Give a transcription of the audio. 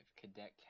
Cadet